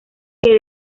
que